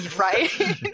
right